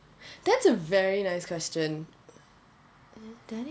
that's a very nice question